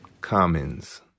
commons